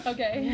Okay